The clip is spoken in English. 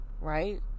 right